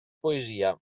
poesia